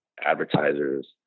advertisers